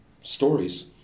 stories